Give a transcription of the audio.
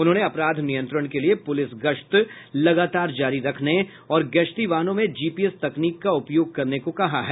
उन्होंने अपराध नियंत्रण के लिए पूलिस गश्त लगातार जारी रखने और गश्ती वाहनों में जीपीएस तकनीक का उपयोग करने को कहा है